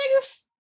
niggas